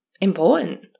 important